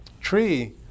tree